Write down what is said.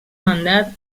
mandat